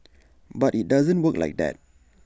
but IT doesn't work like that